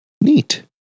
Neat